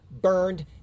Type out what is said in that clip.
burned